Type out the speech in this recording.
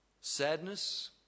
Sadness